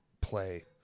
play